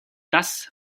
das